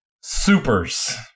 Supers